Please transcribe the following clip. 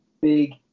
big